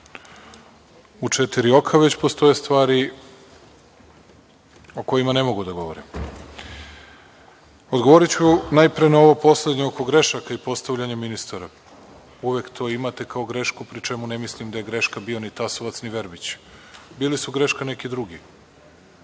u četiri oka, već postoje stvari o kojima ne mogu da govorim. Odgovoriću najpre na ovo poslednje oko grešaka i postavljanje ministara. Uvek to imate kao grešku, pri čemu ne mislim da je greška bio Tasovac, ni Verbić. Bili su greška neki drugi,